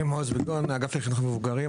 מעוז ביגון מאגף לחינוך מבוגרים,